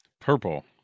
Purple